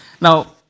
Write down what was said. Now